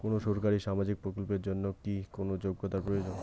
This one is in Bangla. কোনো সরকারি সামাজিক প্রকল্পের জন্য কি কোনো যোগ্যতার প্রয়োজন?